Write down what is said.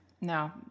No